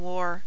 War